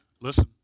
listen